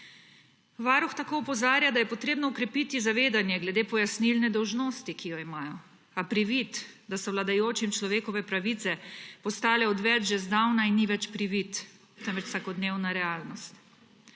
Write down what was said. Varuh tako opozarja, da je potrebno okrepiti zavedanje glede pojasnilne dolžnosti, ki jo imajo, a privid, da so vladajočim človekove pravice postale odveč že zdavnaj, ni več privid, temveč vsakodnevna realnost.